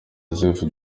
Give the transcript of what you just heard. yozefu